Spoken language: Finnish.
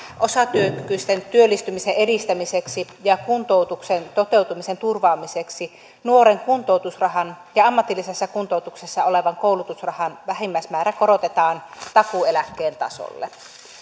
osatyökykyisten työllistymisen edistämiseksi ja kuntoutuksen toteutumisen turvaamiseksi nuoren kuntoutusrahan ja ammatillisessa kuntoutuksessa olevan koulutusrahan vähimmäismäärä korotetaan takuueläkkeen tasolle